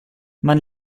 man